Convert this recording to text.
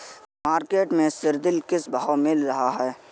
Market में सीद्रिल किस भाव में मिल रहा है?